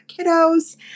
kiddos